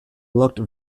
looked